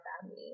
family